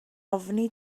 ofni